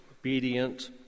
obedient